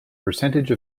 percentage